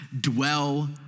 dwell